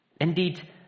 Indeed